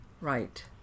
Right